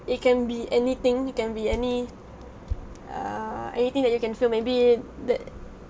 it can be anything it can be any err anything that you can feel maybe the